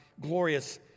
glorious